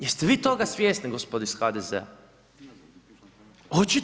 Jeste vi toga svjesni gospoda iz HDZ-a?